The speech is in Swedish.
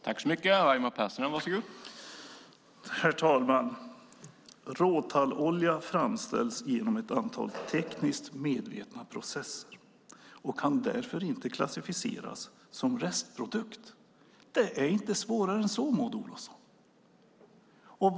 Herr talman! Råtallolja framställs genom ett antal tekniskt medvetna processer och kan därför inte klassificeras som restprodukt. Det är inte svårare än så, Maud Olofsson!